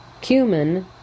cumin